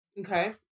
Okay